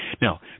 Now